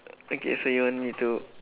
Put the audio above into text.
okay so you want me to